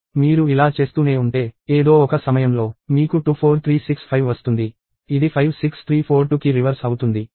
మీరు ఇలా చేస్తూనే ఉంటే ఏదో ఒక సమయంలో మీకు 24365 వస్తుంది ఇది 56342కి రివర్స్ అవుతుంది